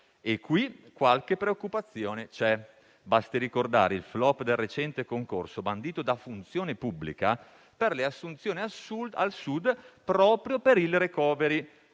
Qui qualche preoccupazione c'è: basti ricordare il *flop* del recente concorso bandito dal Dipartimento della funzione pubblica per le assunzioni al Sud proprio per il *recovery*